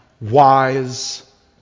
wise